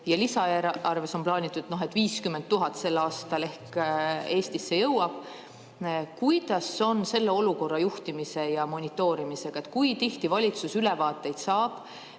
ja lisa eelarves on plaanitud, et 50 000 sel aastal ehk Eestisse jõuab, siis kuidas on selle olukorra juhtimise ja monitoorimisega? Kui tihti valitsus ülevaateid saab?